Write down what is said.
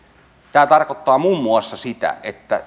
tämä tarkoittaa muun muassa sitä että